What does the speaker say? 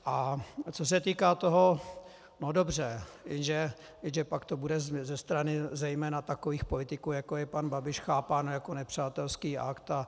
A co se týká toho, no dobře, jenže pak to bude ze strany zejména takových politiků, jako je pan Babiš, chápáno jako nepřátelský akt.